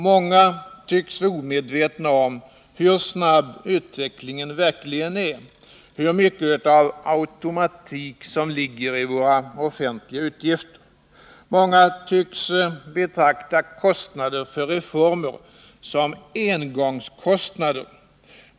Många tycks vara omedvetna om hur snabb utvecklingen verkligen är, hur mycket av automatik som ligger i våra offentliga utgifter. Många tycks betrakta kostnader för reformer som engångskostnader.